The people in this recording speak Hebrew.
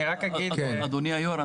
רק אגיד --- אדוני היושב-ראש,